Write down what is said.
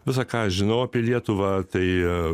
visa ką aš žinau apie lietuvą tai